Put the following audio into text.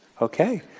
Okay